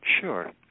Sure